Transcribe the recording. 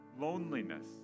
loneliness